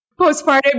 postpartum